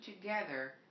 together